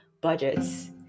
budgets